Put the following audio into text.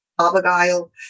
Abigail